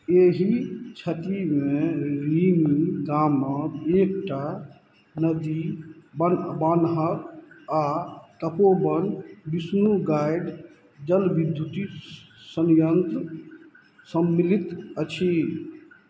एहि क्षतिमे रिनी गाममे एकटा नदी बान्ह बान्हल आओर तपोवन विष्णु गाइड जलविद्युत सँयन्त्र सम्मिलित अछि